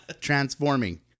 transforming